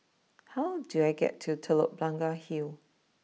how do I get to Telok Blangah Hill